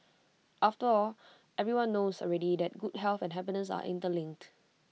after all everyone knows already that good health and happiness are interlinked